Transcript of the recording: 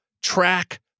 track